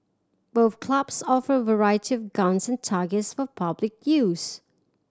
both clubs offer a variety of guns and targets for public use